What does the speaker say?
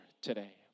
today